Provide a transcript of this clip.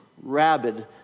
rabid